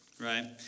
right